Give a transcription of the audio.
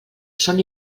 són